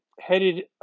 headed